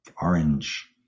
orange